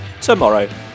tomorrow